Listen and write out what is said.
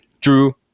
Drew